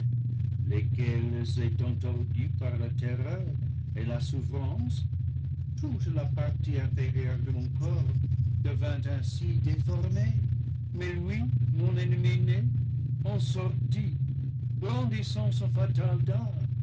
lesquelles étant tordues par la terreur et la souffrance toute la partie inférieure de mon corps devint ainsi déformée mais lui mon ennemi né en sortit brandissant son fatal